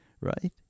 right